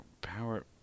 power